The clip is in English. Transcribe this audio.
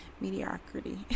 mediocrity